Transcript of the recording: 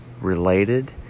related